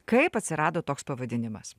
kaip atsirado toks pavadinimas